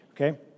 okay